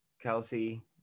Kelsey